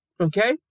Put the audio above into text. okay